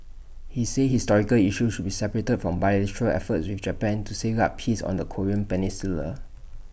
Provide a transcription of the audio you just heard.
he said historical issues should be separated from bilateral efforts with Japan to safeguard peace on the Korean peninsula